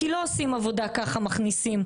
כי לא מכניסים ככה,